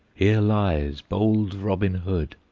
here lies bold robin hood.